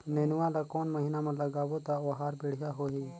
नेनुआ ला कोन महीना मा लगाबो ता ओहार बेडिया होही?